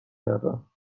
کردم